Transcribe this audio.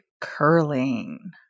curling